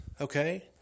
Okay